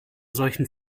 solchen